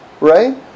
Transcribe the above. Right